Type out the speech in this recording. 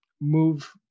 move